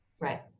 Right